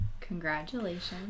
Congratulations